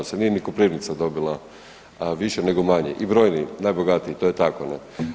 Mislim, nije ni Koprivnica dobila više nego manje i brojni najbogatiji, to je tako, ne.